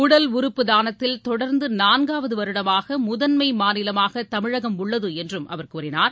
உடல் உறுப்பு தானத்தில் தொடர்ந்து நான்காவது வருடமாக முதன்மை மாநிலமாக தமிழகம் உள்ளது என்றும் அவர் கூறினார்